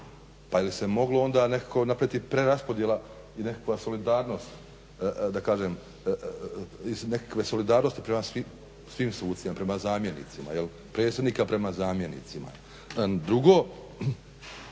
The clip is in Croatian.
Pa je li se moglo onda nekako napraviti preraspodjela i nekakva solidarnost, iz nekakve solidarnosti prema svim sucima, prema zamjenicima, predsjednika prema zamjenicima. Drugo,